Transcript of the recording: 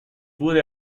wurde